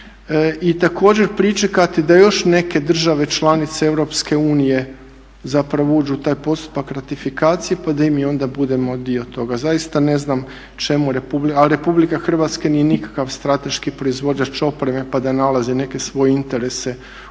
I također pričekati da još neke države članice EU zapravo uđu u taj postupak ratifikacije, pa da i mi onda budemo dio toga. Zaista ne znam čemu, a Republika Hrvatska nije nikakav strateški proizvođač opreme pa da nalazi neke svoje interese u tim